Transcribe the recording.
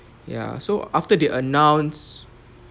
ya so after they announced